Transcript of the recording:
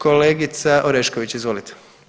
Kolegica Orešković, izvolite.